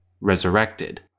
resurrected